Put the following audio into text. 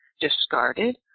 discarded